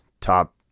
top